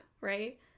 right